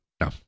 No